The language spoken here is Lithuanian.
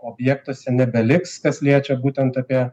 objektuose nebeliks kas liečia būtent apie